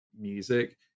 music